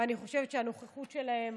ואני חושבת שהנוכחות שלהם